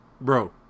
bro